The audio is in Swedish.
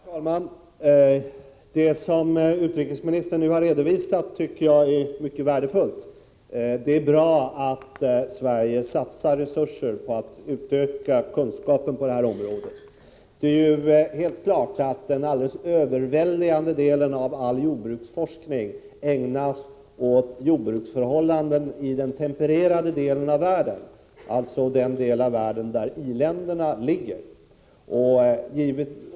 Herr talman! Det som utrikesministern nyss redovisade tycker jag är mycket värdefullt. Det är bra att Sverige satsar resurser på att utöka kunskaperna på det här området. Det är helt klart att jordbruksforskningen i överväldigande utsträckning ägnas åt just förhållandena i den tempererade delen av världen, alltså den del av världen där i-länderna ligger.